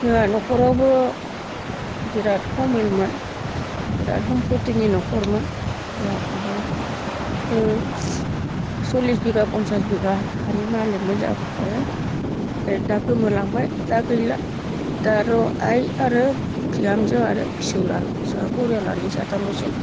जोंहा न'खरावबो बिराद हमिलमोन बेराद हमपथिनि न'खरमोन जोहा फंबाइआ ओ सल्लिस बिगा फनसास बिगा हानि मालिखमोन जाहा फंबाइआ ओय दा गोमालांबाय दा गैला दा आर' आइ आरो बिहामजो आरो फिसौज्लाल' जोहा फरियालानो साथामल'सै